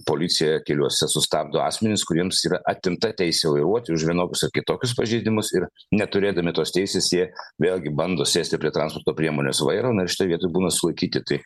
policija keliuose sustabdo asmenis kuriems yra atimta teisė vairuoti už vienokius ar kitokius pažeidimus ir neturėdami tos teisės jie vėlgi bando sėsti prie transporto priemonės vairo na ir šitoj vietoj būna sulaikyti tai